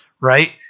right